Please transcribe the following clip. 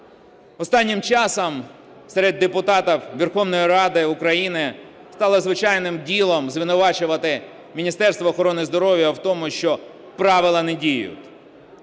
Останнім часом серед депутатів Верховної Ради України стало звичайним ділом звинувачувати Міністерство охорони здоров'я в тому, що правила не діють.